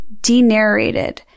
denarrated